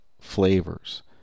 flavors